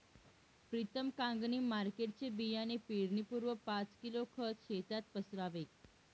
प्रीतम कांगणी मार्केटचे बियाणे पेरण्यापूर्वी पाच किलो खत शेतात पसरावे